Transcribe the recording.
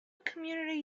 community